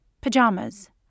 pajamas